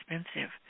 expensive